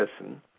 listen